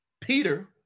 Peter